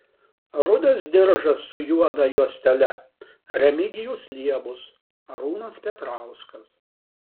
rudas diržas su juoda juostele remigijus liebus arūnas petrauskas